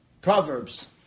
Proverbs